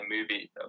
movie